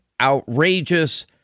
outrageous